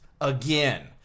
again